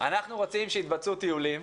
אנחנו רוצים שיתבצעו טיולים,